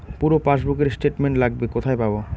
পুরো পাসবুকের স্টেটমেন্ট লাগবে কোথায় পাব?